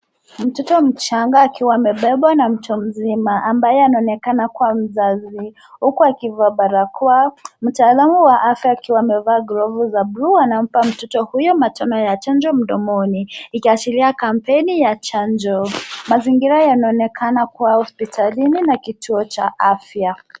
Mtoto mchanaga akiwa amebebwa na mtu mzima ambaye anaonekana kuwa mzazi huku akivaa barakoa. Mtaalamu wa afya akiwa amevaa glovu za buluu anampa mtoto huyo matone ya chanjo mdomoni ikiashiria kampeni ya chanjo. Mazingira yanaonekana kuwa hospitalini na kituo cha afya.